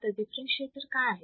तर डिफरेंशीएटर काय आहे